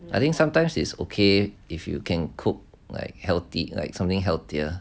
I think sometimes it's okay if you can cook like healthy like something healthier